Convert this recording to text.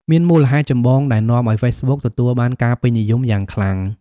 មានមូលហេតុចម្បងដែលនាំឱ្យហ្វេសប៊ុកទទួលបានការពេញនិយមយ៉ាងខ្លាំង។